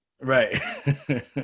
Right